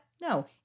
no